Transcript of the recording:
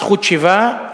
זכות שיבה,